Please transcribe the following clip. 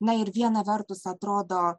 na ir viena vertus atrodo